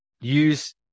use